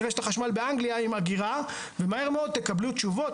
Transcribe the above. רשת החשמל באנגליה עם אגירה ומהר מאוד תקבלו תשובות,